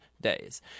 days